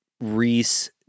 Reese